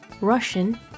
Russian